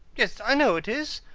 yes, i know it is.